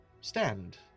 stand